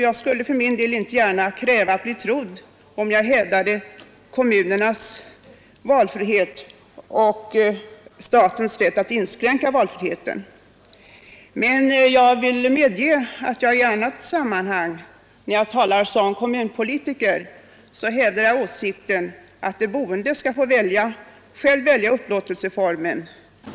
Jag skulle inte gärna kräva att bli trodd om jag samtidigt hävdade kommunernas valfrihet och statens rätt att inskränka valfriheten. Men jag vill medge att jag i annat sammanhang, när jag talar som kommunalpolitiker, hävdar åsikten att de boende själva skall få välja upplåtelseform.